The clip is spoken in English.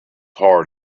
heart